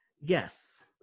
yes